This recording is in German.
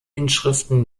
inschriften